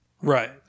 Right